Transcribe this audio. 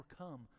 overcome